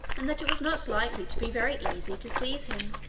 and that it was not likely to be very easy to seize him.